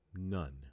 None